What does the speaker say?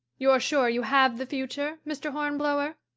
you're sure you have the future, mr. hornblower?